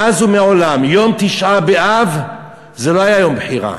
מאז ומעולם יום תשעה באב לא היה יום בחירה,